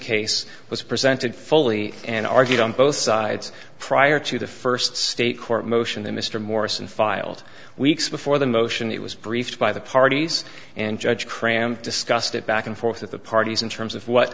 case was presented fully and argued on both sides prior to the first state court motion that mr morrison filed weeks before the motion it was briefed by the parties and judge cram discussed it back and forth with the parties in terms of